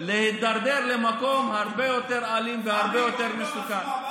להידרדר למקום הרבה יותר אלים והרבה יותר מסוכן.